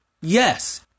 Yes